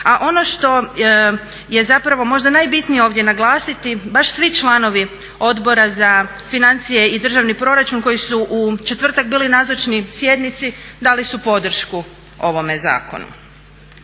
a ono što je zapravo možda najbitnije ovdje naglasiti baš svi članovi Odbora za financije i državni proračun koji su u četvrtak bili nazočni sjednici dali su podršku ovome zakonu.